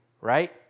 right